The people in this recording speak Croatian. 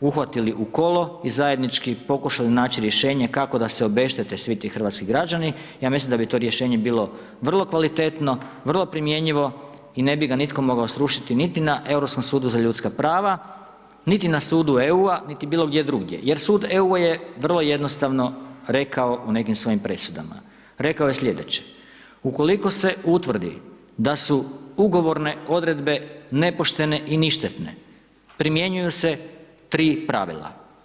uhvatili u kolo i zajednički pokušali naći rješenje kako da se obeštete svi ti hrvatski građani, ja mislim da bi to rješenje bilo vrlo kvalitetno, vrlo primjenjivo i ne bi ga nitko mogao srušiti niti na Europskom sudu za ljudska prava, niti na sudu EU-a, niti bilo gdje drugdje jer sud EU-a je vrlo jednostavno rekao u nekim svojim presudama, rekao je slijedeće: „Ukoliko se utvrdi da su ugovorne odredbe nepoštene i ništetne, primjenjuju se tri pravila.